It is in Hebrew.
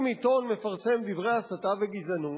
אם עיתון מפרסם דברי הסתה וגזענות,